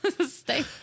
Stay